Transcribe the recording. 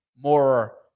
more